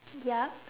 ya